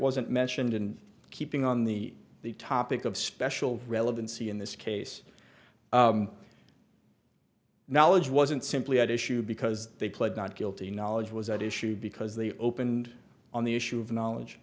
wasn't mentioned in keeping on the the topic of special relevancy in this case knowledge wasn't simply at issue because they pled not guilty knowledge was at issue because they opened on the issue of knowledge